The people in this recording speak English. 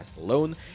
alone